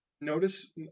Notice